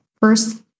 first